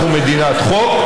אנחנו מדינת חוק,